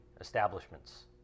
establishments